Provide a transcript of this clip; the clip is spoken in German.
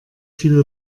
viel